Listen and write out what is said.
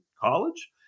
college